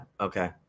Okay